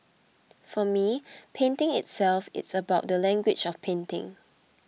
for me painting itself is about the language of painting